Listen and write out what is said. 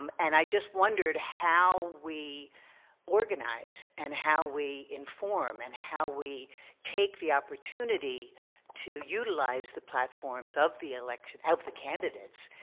um and i just wondered how we organize and how we inform and how we take the opportunity to utilize the platforms of the election, of the candidates,